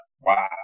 Wow